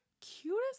cutest